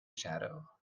shadow